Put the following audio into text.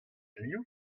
liv